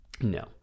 No